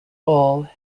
all